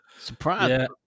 Surprise